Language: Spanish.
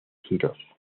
giros